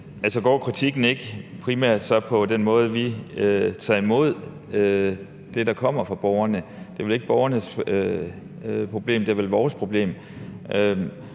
går kritikken så ikke primært på den måde, vi tager imod det, der kommer fra borgerne på? Det er vel ikke borgernes problem, det er vel vores problem.